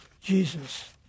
Jesus